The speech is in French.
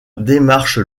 démarche